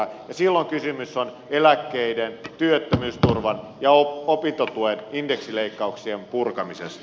silloin kysymys on eläkkeiden työttömyysturvan ja opintotuen indeksileikkauksien purkamisesta